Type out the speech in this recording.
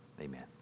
Amen